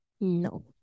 No